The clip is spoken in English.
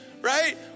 right